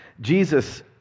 Jesus